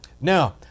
now